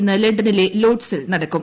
ഇന്ന് ലണ്ടനിലെ ലോഡ്സിൽ നടക്കും